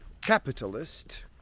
Capitalist